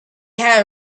had